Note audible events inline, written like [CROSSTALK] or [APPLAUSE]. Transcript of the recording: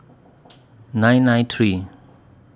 [NOISE] nine nine three